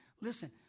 Listen